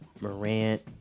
Morant